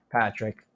Patrick